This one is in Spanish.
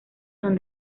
son